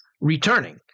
returning